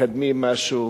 מקדמים משהו.